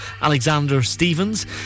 Alexander-Stevens